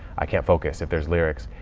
i can't focus if there's lyrics.